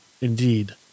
Indeed